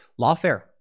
Lawfare